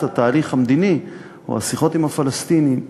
התהליך המדיני או השיחות עם הפלסטינים.